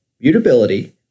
mutability